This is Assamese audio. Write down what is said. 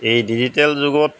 এই ডিজিটেল যুগত